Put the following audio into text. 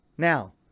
Now